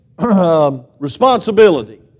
responsibility